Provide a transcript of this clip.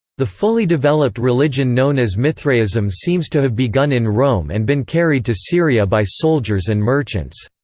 the fully developed religion known as mithraism seems to have begun in rome and been carried to syria by soldiers and merchants.